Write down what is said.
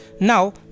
Now